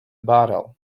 battle